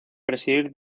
presidir